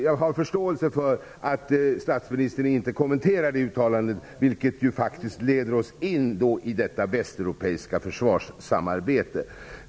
Jag har förståelse för att statsministern inte kommenterar det uttalandet, vilket faktiskt leder oss in i detta västeuropeiska försvarssamarbete.